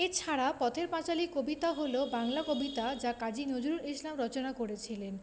এছাড়া পথের পাঁচালী কবিতা হল বাংলা কবিতা যা কাজি নজরুল ইসলাম রচনা করেছিলেন